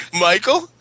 Michael